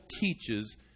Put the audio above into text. teaches